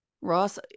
ross